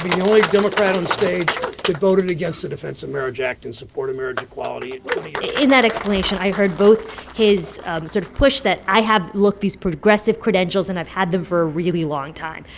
the only democrat onstage that voted against the defense of marriage act and supported marriage equality in that explanation, i heard both his sort of push that i have look these progressive credentials, and i've had them for a really long time.